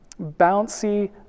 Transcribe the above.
bouncy